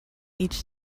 each